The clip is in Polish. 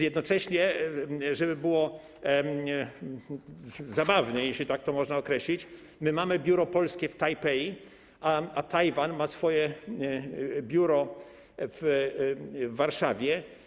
Jednocześnie, żeby było zabawniej, jeśli tak to można określić, my mamy polskie biuro w Tajpej, a Tajwan ma swoje biuro w Warszawie.